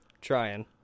Trying